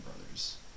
Brothers